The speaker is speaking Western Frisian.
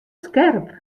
skerp